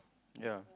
ya